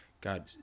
god